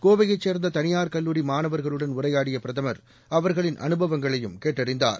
கோவையைச் சேர்ந்த தனியார் கல்லூரி மாணவர்களுடன் உரையாடிய பிரதமர் அவர்களின் அனுபவங்களையும் கேட்டறிந்தார்